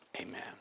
amen